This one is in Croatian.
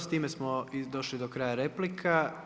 S time smo došli do kraja replika.